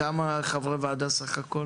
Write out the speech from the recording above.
כמה חברי ועדה יש בסך הכול?